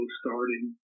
starting